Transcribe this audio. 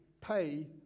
pay